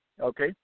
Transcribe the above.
Okay